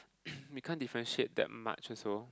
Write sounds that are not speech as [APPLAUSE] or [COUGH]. [COUGHS] we can't differentiate that much also